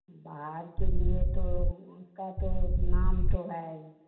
बाहर के लिए तो उसका तो नाम तो है ही